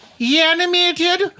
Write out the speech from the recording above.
Animated